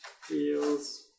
Feels